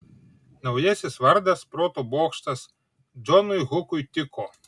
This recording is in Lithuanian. naujasis vardas proto bokštas džonui hukui tiko